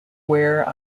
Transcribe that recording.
where